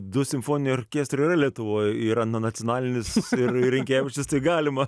du simfoniniai orkestrai yra lietuvoj yra nacionalinis ir rinkevičius tai galima